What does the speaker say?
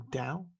down